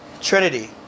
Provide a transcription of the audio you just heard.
Trinity